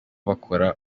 bakora